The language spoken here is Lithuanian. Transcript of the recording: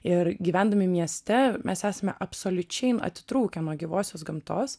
ir gyvendami mieste mes esame absoliučiai atitrūkę nuo gyvosios gamtos